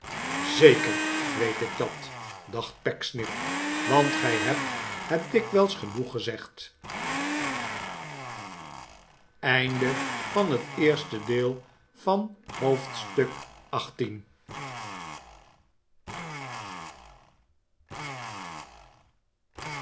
zeker weet ik dat dacht pecksniff want gij hebt het dikwijls genoeg gezegd